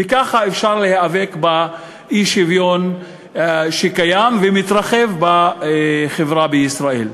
וככה אפשר להיאבק באי-שוויון שקיים ומתרחב בחברה בישראל.